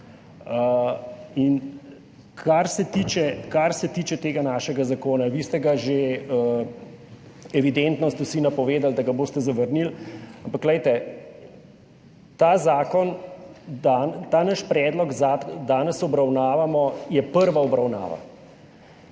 Kar se tiče tega našega zakona. Vi ste že evidentno vsi napovedali, da ga boste zavrnili, ampak za ta naš predlog, ki ga danes obravnavamo, je to prva obravnava.